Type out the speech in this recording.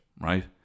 right